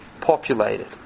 populated